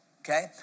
Okay